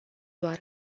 doar